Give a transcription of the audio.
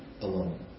alone